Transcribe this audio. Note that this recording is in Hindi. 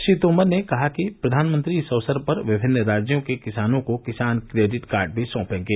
श्री तोमर ने कहा कि प्रधानमंत्री इस अवसर पर विभिन्न राज्यों के किसानों को किसान क्रेडिट कार्ड भी सौंपेंगे